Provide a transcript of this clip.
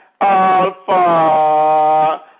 Alpha